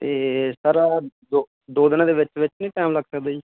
ਤੇ ਸਰ ਦੋ ਦੋ ਦਿਨਾਂ ਦੇ ਵਿੱਚ ਵਿੱਚ ਟਾਈਮ ਲੱਗ ਸਕਦਾ ਜੀ